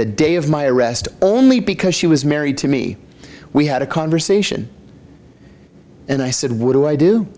the day of my arrest only because she was married to me we had a conversation and i said what do i do